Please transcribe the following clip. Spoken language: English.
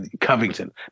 Covington